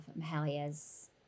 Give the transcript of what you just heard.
Mahalia's